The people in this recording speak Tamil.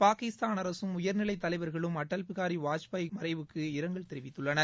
பாகிஸ்தான் அரசும் உயர்நிலைத் தலைவர்களும் அடல் பிகாரி வாஜ்பாய் மறைவுக்கு இரங்கல் தெரிவித்துள்ளனர்